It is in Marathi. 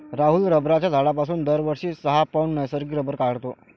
राहुल रबराच्या झाडापासून दरवर्षी सहा पौंड नैसर्गिक रबर काढतो